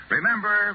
Remember